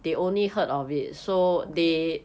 okay